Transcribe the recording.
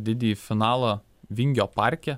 didįjį finalą vingio parke